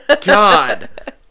God